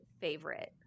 favorite